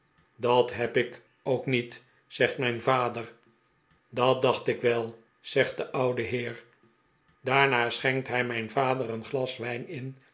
dat heb ik ook niet zegt mijn vader dat dacht ik wel zegt de oude heer daarna schenkt hij mijn vader een glas wijn in